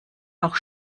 auch